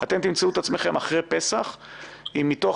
אתם תמצאו את עצמכם אחרי פסח עם מתוך